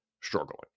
struggling